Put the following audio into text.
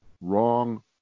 wrong